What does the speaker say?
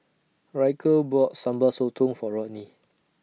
Ryker bought Sambal Sotong For Rodney